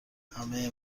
همه